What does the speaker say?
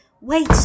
wait